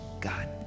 God